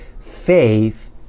faith